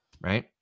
right